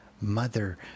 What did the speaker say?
mother